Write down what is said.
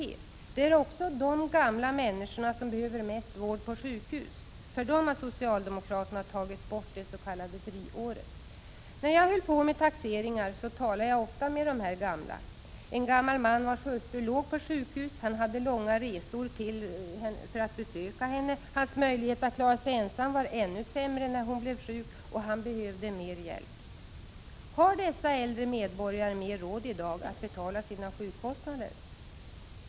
Det är också dessa gamla människor som behöver mest vård på sjukhus. För dem har socialdemokraterna tagit bort det s.k. friåret. När jag höll på med taxeringar talade jag ofta med de här gamla, t.ex. med en gammal man vars hustru låg på sjukhus. Han hade långa resor för att besöka henne. Hans möjlighet att klara sig ensam var ännu sämre sedan hon blivit sjuk, och han behövde mer hemhjälp. Har dessa äldre medborgare mer råd i dag att betala sina sjukkostnader?